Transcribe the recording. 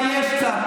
תתביישי.